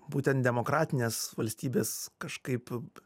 būtent demokratinės valstybės kažkaip